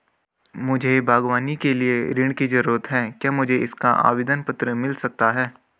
मुझे बागवानी के लिए ऋण की ज़रूरत है क्या मुझे इसका आवेदन पत्र मिल सकता है?